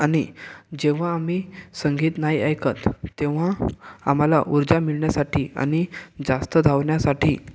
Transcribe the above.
आणि जेव्हा आम्ही संगीत नाही ऐकत तेव्हा आम्हाला ऊर्जा मिळण्यासाठी आणि जास्त धावण्यासाठी